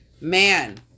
man